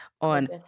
on